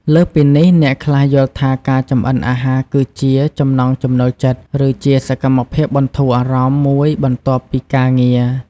លើសពីនេះ អ្នកខ្លះយល់ថាការចម្អិនអាហារគឺជា ចំណង់ចំណូលចិត្ត ឬជាសកម្មភាពបន្ធូរអារម្មណ៍មួយបន្ទាប់ពីការងារ។